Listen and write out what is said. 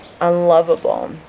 unlovable